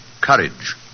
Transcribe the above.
Courage